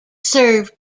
served